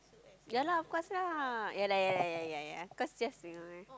ya lah of course lah ya lah ya lah ya lah ya lah cause just remind